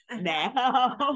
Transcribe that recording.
now